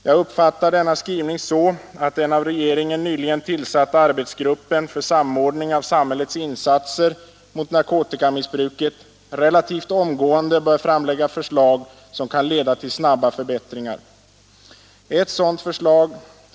Jag uppfattar denna skrivning så att den av regeringen nyligen tillsatta arbetsgruppen för samordning av samhällets insatser mot narkotikamissbruket relativt omgående bör framlägga förslag, som kan leda till snabba förbättringar. Eu sådant förslag.